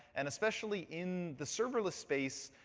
and especially in the serverless space,